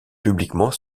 publiquement